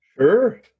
Sure